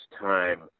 time